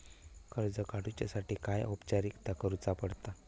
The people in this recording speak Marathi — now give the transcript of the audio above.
कर्ज काडुच्यासाठी काय औपचारिकता करुचा पडता?